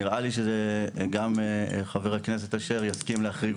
נראה לי שגם חבר הכנסת אשר יסכים להחריג